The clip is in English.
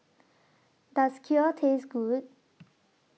Does Kheer Taste Good